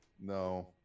No